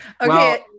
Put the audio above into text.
okay